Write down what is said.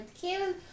killed